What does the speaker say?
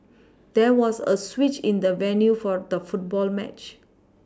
there was a switch in the venue for the football match